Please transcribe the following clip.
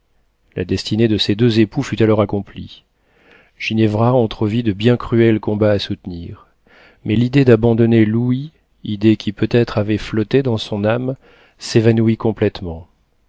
la destinée de ces deux époux fut alors accomplie ginevra entrevit de bien cruels combats à soutenir mais l'idée d'abandonner louis idée qui peut-être avait flotté dans son âme s'évanouit complétement